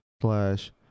slash